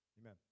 Amen